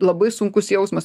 labai sunkus jausmas